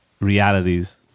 realities